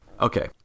Okay